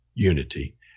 unity